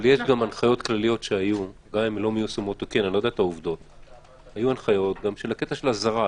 אבל יש גם הנחיות כלליות שהיו בקטע של אזהרה.